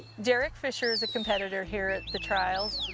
derek fisher is a competitor here at the trials.